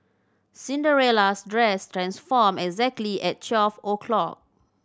Cinderella's dress transformed exactly at twelve o'clock